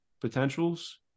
potentials